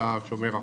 במבצע שומר החומות.